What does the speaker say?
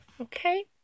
Okay